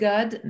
God